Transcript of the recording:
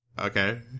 Okay